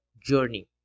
journey